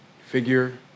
figure